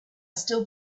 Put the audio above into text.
still